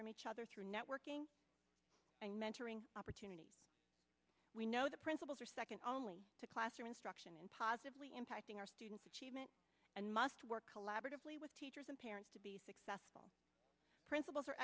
from each other through networking and mentoring opportunity we know the principals are second only to classroom instruction in positively impacting our students achievement and must work collaboratively with teachers and parents to be successful principals are